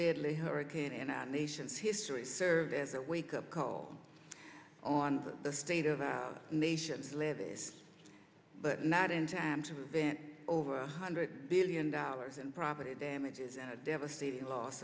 deadly hurricane in our nation's history serve as a wake up call on the state of our nation's levis but not in time to vent over a hundred billion dollars in property damages and a devastating loss